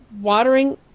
watering